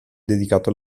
dedicato